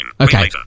Okay